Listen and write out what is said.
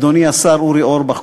אדוני השר אורי אורבך,